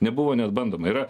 nebuvo net bandoma yra